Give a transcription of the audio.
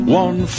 one